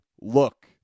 look